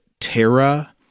Terra